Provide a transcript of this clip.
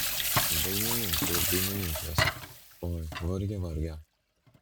dainininkai ir dainininkės oi varge varge